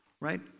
Right